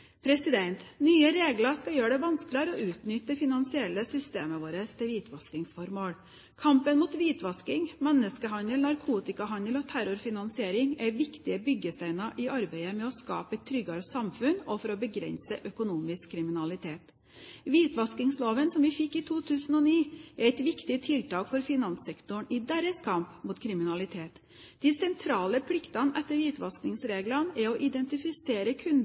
Nye regler skal gjøre det vanskeligere å utnytte det finansielle systemet vårt til hvitvaskingsformål. Kampen mot hvitvasking, menneskehandel, narkotikahandel og terrorfinansiering er viktige byggesteiner i arbeidet med å skape et tryggere samfunn og for å begrense økonomisk kriminalitet. Hvitvaskingsloven, som vi fikk i 2009, er et viktig tiltak for finanssektoren i deres kamp mot kriminalitet. De sentrale pliktene etter hvitvaskingsreglene er å identifisere